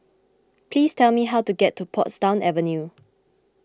please tell me how to get to Portsdown Avenue